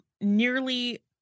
nearly